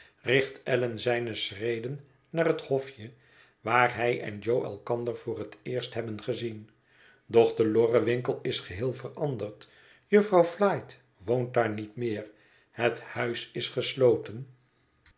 richt allan zijne schreden naar het hofje waar hij en jo elkander voor het eerst hebben gezien doch de lorrenwinkel is geheel veranderd jufvrouw flite woont daar niet meer het huis is gesloten